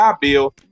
Bill